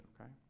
okay